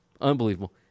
Unbelievable